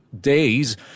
days